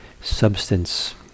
substance